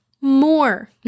more